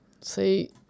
See